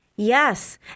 Yes